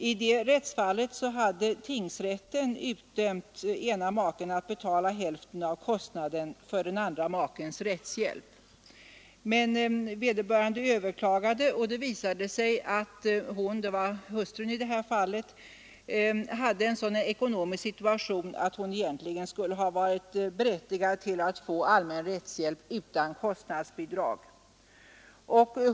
I det rättsfallet hade tingsrätten dömt den ena maken att betala hälften av kostnaden för den andra makens rättshjälp. Vederbörande överklagade — det var hustrun — och det visade sig att hon hade en sådan ekonomisk situation att hon egentligen skulle ha varit berättigad att få allmän rättshjälp utan kostnadsbidrag.